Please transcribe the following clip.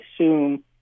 assume